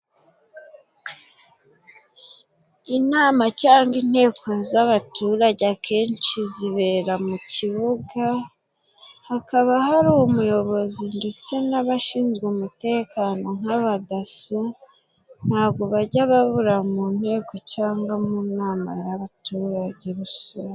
Inama cyangwa inteko z'abaturage akenshi zibera mu kibuga. Hakaba hari umuyobozi ndetse n'abashinzwe umutekano nk' abadaso, ntabwo bajya babura mu nteko cyangwa mu nama y'abaturage rusange.